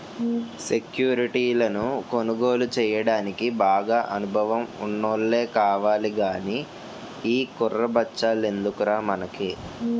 సెక్యురిటీలను కొనుగోలు చెయ్యడానికి బాగా అనుభవం ఉన్నోల్లే కావాలి గానీ ఈ కుర్ర బచ్చాలెందుకురా మనకి